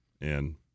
and-